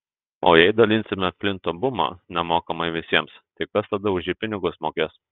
o jei dalinsime flinto bumą nemokamai visiems tai kas tada už jį pinigus mokės